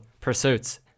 pursuits